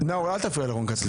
נתניהו נוסע לקפריסין.